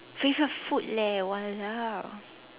favourite food leh !walao!